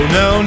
no